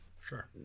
sure